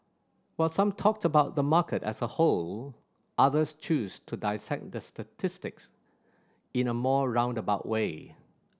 while some talked about the market as a whole others chose to dissect the statistics in a more roundabout way